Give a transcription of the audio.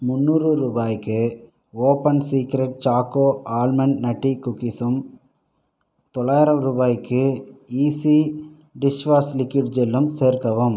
முன்னூறு ரூபாய்க்கு open secret choco almond nutty குக்கீஸும் தொள்ளாயிரம் ரூபாய்க்கு ஈஸி டிஷ்வாஷ் லிக்விட் ஜெல்லும் சேர்க்கவும்